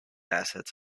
assets